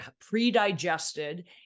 pre-digested